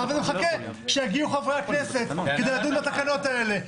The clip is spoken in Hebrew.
ומחכה שיגיעו חברי הכנסת כדי לדון בתקנות האלה.